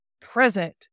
present